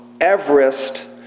Everest